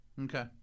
Okay